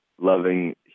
loving